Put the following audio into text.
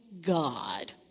God